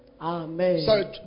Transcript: Amen